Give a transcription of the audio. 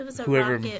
whoever